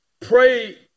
Pray